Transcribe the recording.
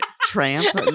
tramp